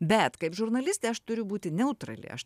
bet kaip žurnalistė aš turiu būti neutrali aš